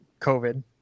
COVID